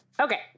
Okay